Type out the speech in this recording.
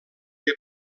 que